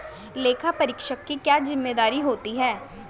लेखापरीक्षक की क्या जिम्मेदारी होती है?